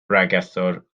bregethwr